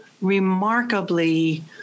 remarkably